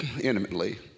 intimately